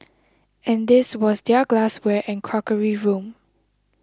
and this was their glassware and crockery room